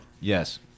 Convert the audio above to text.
Yes